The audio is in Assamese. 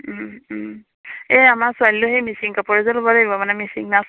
এই আমাৰ ছোৱালীলৈ সেই মিচিং কাপোৰ এযোৰ ল'ব লাগিব মানে মিচিং নাচ